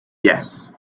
yes